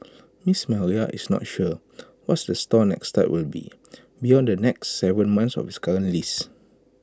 miss Maria is not sure what's the store next step will be beyond the next Seven months of its current lease